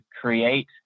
create